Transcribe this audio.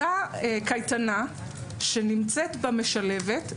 אותה קייטנה שנמצאת בה משלבת,